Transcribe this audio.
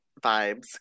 vibes